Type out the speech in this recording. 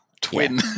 twin